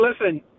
listen